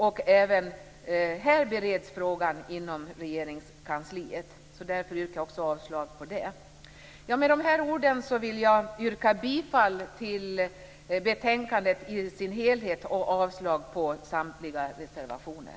Frågan bereds också inom Regeringskansliet. Därför yrkar jag avslag också på dessa förslag. Med dessa ord vill jag yrka bifall till utskottets hemställan i dess helhet och avslag på samtliga reservationer.